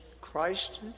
Christ